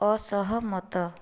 ଅସହମତ